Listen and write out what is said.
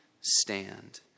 stand